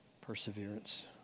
perseverance